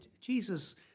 Jesus